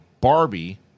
Barbie